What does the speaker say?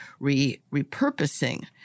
repurposing